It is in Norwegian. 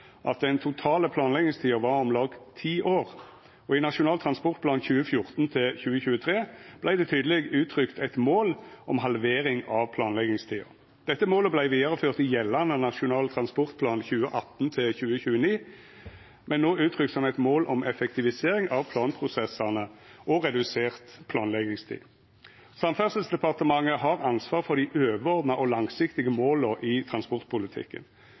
at den totale planleggingstida var om lag ti år, og i Nasjonal transportplan for 2014–2023 vart det tydeleg uttrykt eit mål om halvering av planleggingstida. Dette målet vart vidareført i gjeldande Nasjonal transportplan, for 2018–2029, men no uttrykt som eit mål om effektivisering av planprosessane og redusert planleggingstid. Samferdselsdepartementet har ansvar for dei overordna og langsiktige måla i transportpolitikken,